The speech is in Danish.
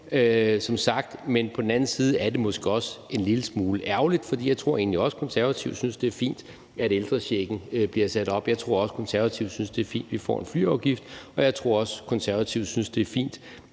debatten. Men på den anden side er det måske også en lille smule ærgerligt, for jeg tror egentlig også, at Konservative synes, at det er fint, at ældrechecken bliver sat op. Jeg tror også, at Konservative synes, at det er fint, at vi får en flyafgift. Og jeg tror også, at Konservative synes, at det er fint,